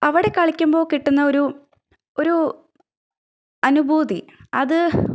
അവിടെ കളിക്കുമ്പോൾ കിട്ടുന്ന ഒരു ഒരു അനുഭൂതി അത്